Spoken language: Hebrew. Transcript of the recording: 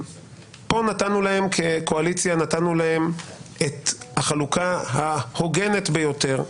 פה נתנו להם כקואליציה את החלוקה ההוגנת ביותר.